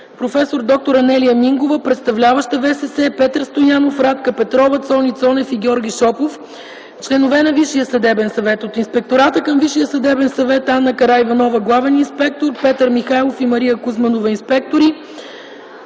проф. д-р Анелия Мингова – представляваща ВСС, Петър Стоянов, Радка Петрова, Цони Цонев и Георги Шопов – членове на ВСС; от Инспектората към Висшия съдебен съвет: Ана Караиванова – главен инспектор, Петър Михайлов и Мария Кузманова – инспектори;